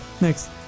next